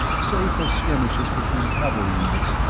save for skirmishes between cavalry units,